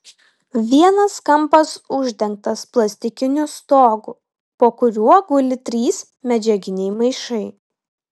vienas kampas uždengtas plastikiniu stogu po kuriuo guli trys medžiaginiai maišai